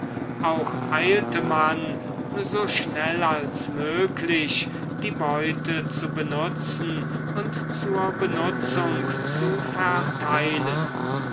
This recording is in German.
auch eilte man so schnell als möglich die beute zu benutzen und zur benutzung zu verteilen